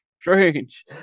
strange